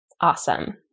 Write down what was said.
awesome